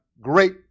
great